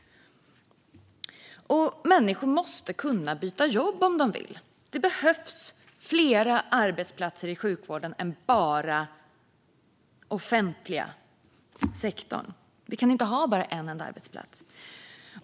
Människor måste kunna byta jobb om de vill. Det behövs fler arbetsplatser i sjukvården än bara den offentliga sektorn. Vi kan inte ha bara en enda arbetsplats.